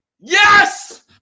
Yes